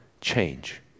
change